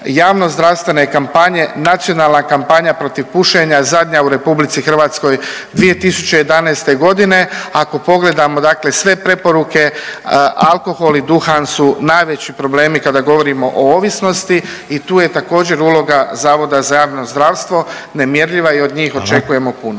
javnozdravstvene kampanje, nacionalna kampanja protiv pušenja zadnja u RH 2011. g., ako pogledamo dakle sve preporuke, alkohol i duhan su najveći problemi kada govorimo o ovisnosti i tu je također, uloga zavoda za javno zdravstvo nemjerljiva i od njih očekujemo puno.